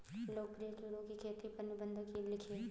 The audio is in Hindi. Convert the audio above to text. लोकप्रिय कीड़ों की खेती पर निबंध लिखिए